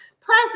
Plus